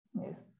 Yes